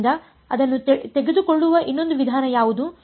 ಆದ್ದರಿಂದ ಅದನ್ನು ತೆಗೆದುಕೊಳ್ಳುವ ಇನ್ನೊಂದು ವಿಧಾನ ಯಾವುದು